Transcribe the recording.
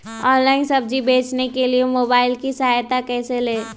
Online सब्जी बेचने के लिए मोबाईल की सहायता कैसे ले?